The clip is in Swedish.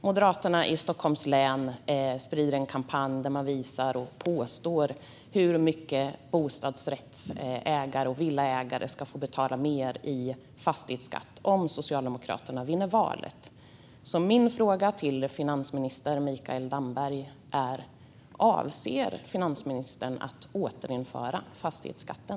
Moderaterna i Stockholms län driver en kampanj där de visar hur mycket mer bostadsrättsägare och villaägare ska få betala i fastighetsskatt om Socialdemokraterna vinner valet. Min fråga till finansminister Mikael Damberg är: Avser finansministern att återinföra fastighetsskatten?